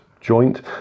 joint